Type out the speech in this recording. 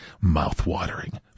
Mouth-watering